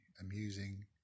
amusing